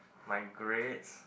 my grades